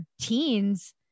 teens